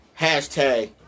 hashtag